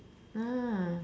mm